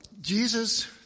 Jesus